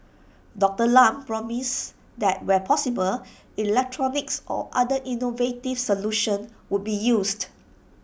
Doctor Lam promised that where possible electronics or other innovative solutions would be used